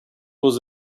was